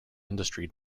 industry